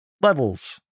levels